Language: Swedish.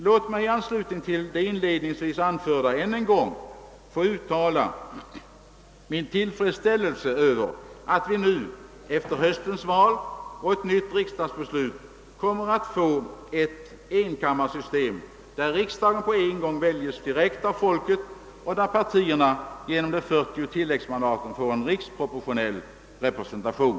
Låt mig i anslutning till vad jag inledningsvis yttrade än en gång få uttala min tillfredsställelse över att vi efter höstens val och ett följande nytt riksdagsbeslut kommer att få ett enkammarsystem, som innebär att riksdagen på en gång väljes direkt av folket och att partierna genom de 40 tilläggsmandaten får en riksproportionell representation!